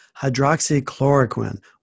hydroxychloroquine